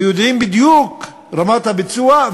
ויודעים בדיוק מה רמת הביצוע,